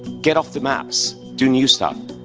get off the maps. do new stuff!